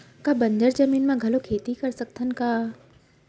का बंजर जमीन म घलो खेती कर सकथन का?